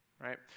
right